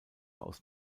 aus